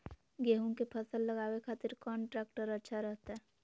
गेहूं के फसल लगावे खातिर कौन ट्रेक्टर अच्छा रहतय?